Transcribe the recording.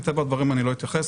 מטבע הדברים אני לא אתייחס,